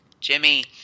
Jimmy